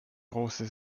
große